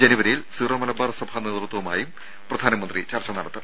ജനുവരിയിൽ സിറോ മലബാർ സഭാ നേതൃത്വവുമായും പ്രധാനമന്ത്രി ചർച്ച നടത്തും